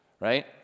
right